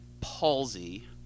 Palsy